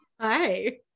Hi